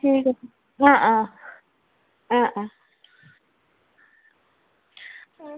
ঠিক আছে অঁ অঁ অঁ অঁ